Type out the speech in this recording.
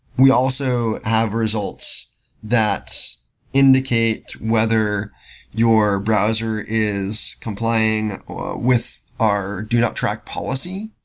we also have results that indicate whether your browser is complying with our do not track policy,